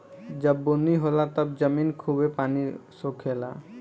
जब बुनी होला तब जमीन खूबे पानी सोखे ला